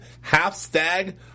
half-stag